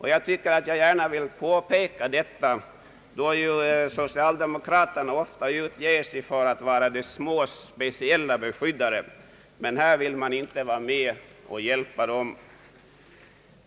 Jag vill gärna påpeka detta, då socialdemokraterna ofta utger sig för att vara de smås speciella beskyddare. Men här vill man inte vara med och hjälpa dem.